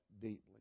deeply